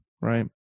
right